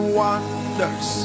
wonders